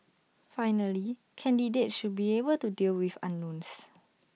finally candidates should be able to deal with unknowns